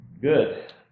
Good